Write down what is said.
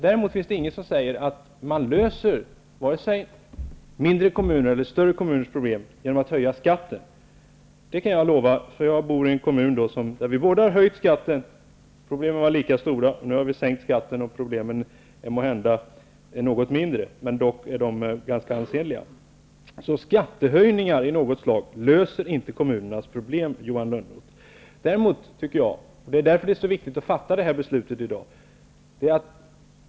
Däremot finns det inget som säger att man löser vare sig mindre eller större kommuners problem genom att höja skatten; det kan jag lova. Själv bor jag i en kommun där skatten både höjts -- men problemen var lika stora trots skattehöjningen -- och sänkts. Nu efter skattesänkningen är problemen måhända något mindre, men de är ändå ganska ansenliga. Skattehöjningar av något slag löser alltså inte kommunernas problem, Johan Lönnroth! Därför är det så viktigt att fatta det här aktuella beslutet i dag.